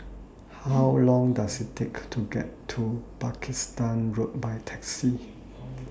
How Long Does IT Take to get to Pakistan Road By Taxi